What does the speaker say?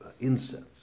incense